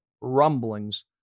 rumblings